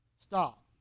Stop